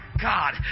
God